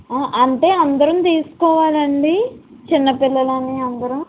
అంటే అందరం తీసుకోవాలండి చిన్నపిల్లలను అందరు